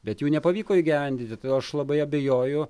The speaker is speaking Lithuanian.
bet jų nepavyko įgyvendinti todėl aš labai abejoju